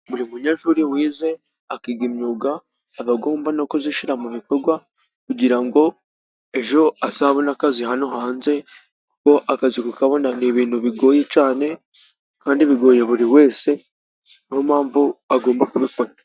Buri munyeshuri wize akiga imyuga, aba agomba no kuyishyira mu bikorwa, kugira ngo ejo azabone akazi hano hanze, kuko akazi kukabona ni ibintu bigoye cyane, kandi bigoye buri wese, niyo mpamvu agomba kubifata.